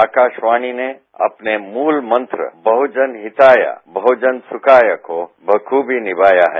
आकाशवाणी ने अपने मूल मंत्र बहुजन हिताय बहुजन सुखाय को बखूबी निमाया है